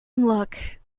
look